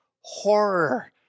horror